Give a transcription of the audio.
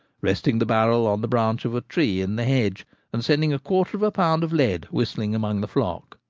resting the barrel on the branch of a tree in the hedge and sending a quarter of a pound of lead whistling among the flock.